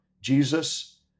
Jesus